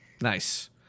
Nice